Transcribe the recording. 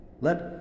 Let